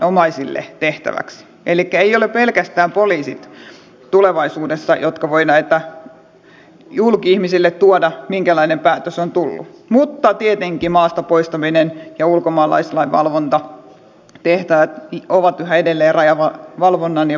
elikkä ei ole pelkästään poliisit tulevaisuudessa jotka voivat tuoda julki ihmisille minkälainen päätös on tullut mutta tietenkin maasta poistaminen ja ulkomaalaislain valvontatehtävät ovat yhä edelleen rajavalvonnan ja poliisien tehtävinä